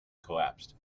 collapsed